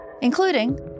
including